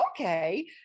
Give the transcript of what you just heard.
okay